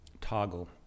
toggle